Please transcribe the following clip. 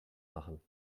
machen